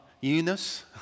Eunice